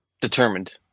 determined